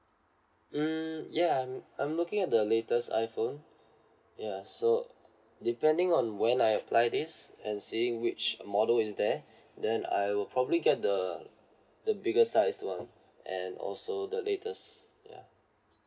mm ya I'm I'm looking at the latest iPhone ya so depending on when I apply this I'm seeing which model is there then I'll probably get the the bigger size lah and also the latest ya